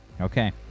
Okay